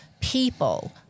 people